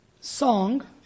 song